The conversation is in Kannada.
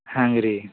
ಹಂಗ್ರೀ